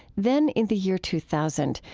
then in the year two thousand,